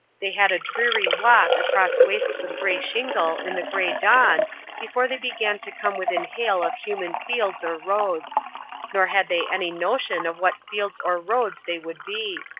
they had a dreary walk across wastes of grey shingle in the grey dawn before they began to come within hail of human fields or roads nor had they any notion of what fields or roads they would be.